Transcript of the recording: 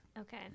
Okay